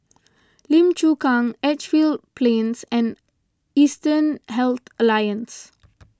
Lim Chu Kang Edgefield Plains and Eastern Health Alliance